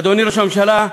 אדוני ראש הממשלה,